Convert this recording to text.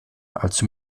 also